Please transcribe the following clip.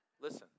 Listen